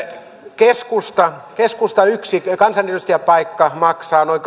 keskustan yksi kansanedustajapaikka maksaa noin